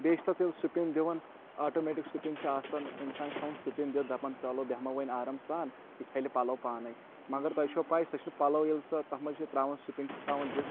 بیٚیہِ چھِ تَتھ ییٚلہِ سِپِن دِوان آٹومیٹِک سِپِن چھُ آسان اِنسان چھُ تھَوان سِپِن دِتھ دپان چَلو بیٚہمَو وۄنۍ آرام سان یہِ چھَلہِ پَلو پانَے مگر تۄہِہ چھو پَے سۄ چھِنہٕ پَلَو ییٚلہِ سۄ تَتھ منٛز چھِ ترٛاوَن سِپِن چھِ تھَوان دِتھ